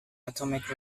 atomic